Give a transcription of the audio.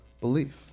belief